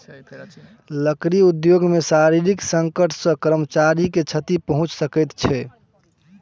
लकड़ी उद्योग मे शारीरिक संकट सॅ कर्मचारी के क्षति पहुंच सकै छै